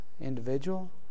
individual